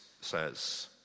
says